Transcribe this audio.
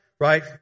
right